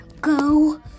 go